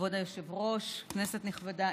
כבוד היושב-ראש, כנסת נכבדה,